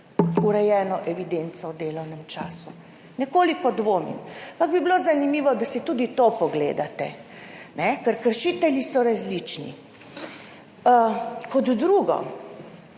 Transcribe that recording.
urejeno evidenco o delovnem času. Nekoliko dvomim, ampak bi bilo zanimivo, da si tudi to pogledate, ker so kršitelji različni. Kot drugo,